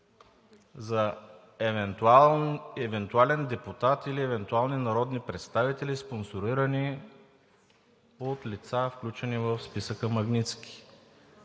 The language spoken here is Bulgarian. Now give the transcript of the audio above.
за евентуален депутат или евентуални народни представители, спонсорирани от лица, включени в списъка „Магнитски“?